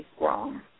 wrong